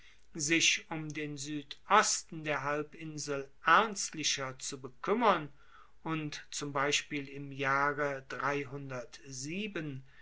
sich um den suedosten der halbinsel ernstlicher zu bekuemmern und zum beispiel im jahre